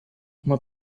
uma